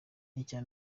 icya